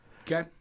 Okay